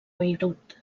beirut